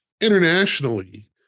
Internationally